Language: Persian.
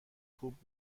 خوب